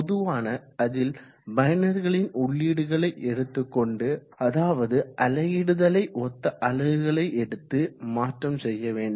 பொதுவான அதில் பயனர்களின் உள்ளீடுகளை எடுத்துக் கொண்டு அதாவது அலகிடதலை ஒத்த அலகுகளை எடுத்து மாற்றம் செய்ய வேண்டும்